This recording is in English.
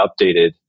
updated